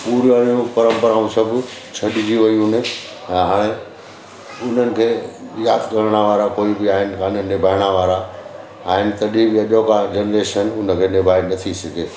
पूर्व जो परंपराऊं सभु छॾजी वयूं आहिनि ऐं हाणे उन्हनि खे यादि करण वारा कोई बि आहिनि कोन आहिनि निभाइणु वारा आहिनि तॾहिं बि अॼ का जनरेशन हुन खे निभाए नथी सघे